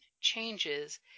changes